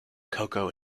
cocoa